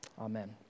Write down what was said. Amen